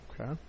Okay